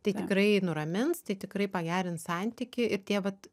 tai tikrai nuramins tai tikrai pagerins santykį ir tie vat